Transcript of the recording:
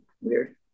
weird